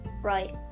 Right